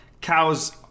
cows